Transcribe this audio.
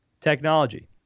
technology